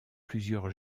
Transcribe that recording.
plusieurs